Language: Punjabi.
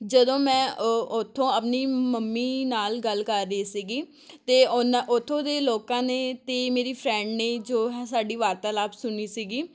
ਜਦੋਂ ਮੈਂ ਉੱਥੋਂ ਆਪਣੀ ਮੰਮੀ ਨਾਲ ਗੱਲ ਕਰ ਰਹੀ ਸੀਗੀ ਅਤੇ ਉਨ੍ਹਾਂ ਉੱਥੋਂ ਦੇ ਲੋਕਾਂ ਨੇ ਅਤੇ ਮੇਰੀ ਫਰੈਂਡ ਨੇ ਜੋ ਹੈ ਸਾਡੀ ਵਾਰਤਾਲਾਪ ਸੁਣੀ ਸੀਗੀ